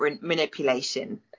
manipulation